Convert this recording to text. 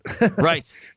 Right